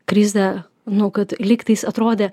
krizę nu kad lygtais atrodė